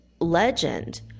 legend